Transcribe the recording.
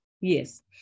Yes